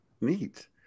Neat